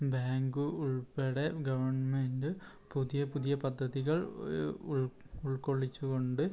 bank ഉൾപ്പെടെ government പുതിയ പുതിയ പദ്ധതികൾ ഉൾക്കൊള്ളിച്ചുകൊണ്ട്